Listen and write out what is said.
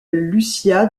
lucia